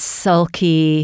sulky